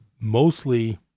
mostly